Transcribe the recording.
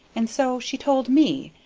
and so she told me,